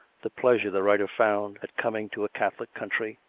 the pleasure the writer found at coming to a catholic country,